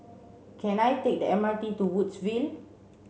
can I take the M R T to Woodsville